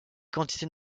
quantités